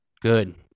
good